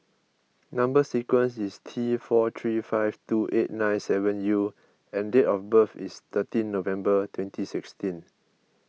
Number Sequence is T four three five two eight nine seven U and date of birth is thirteen November twenty sixteen